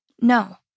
No